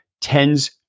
tends